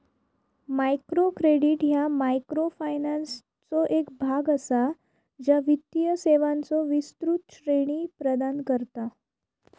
micro credit ह्या मायक्रोफायनान्सचो एक भाग असा, ज्या वित्तीय सेवांचो विस्तृत श्रेणी प्रदान करता